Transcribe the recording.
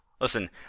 Listen